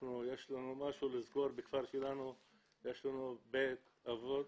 יש לנו משהו לזכור בכפר שלנו, יש לנו בית קברות,